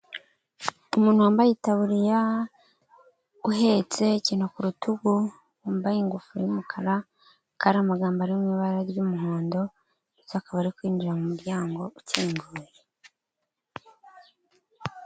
Umuntu wambaye itaburiya uhetse ikintu ku rutugu, wambaye ingofero y'umukara hakaba hariho amagambo ari mu ibara ry'umuhondo ndetse akaba ari kwinjira mu muryango ukinguye.